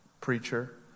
preacher